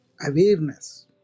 awareness